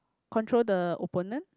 control the opponent